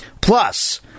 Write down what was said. Plus